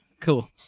cool